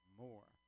more